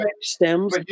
stems